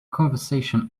conversation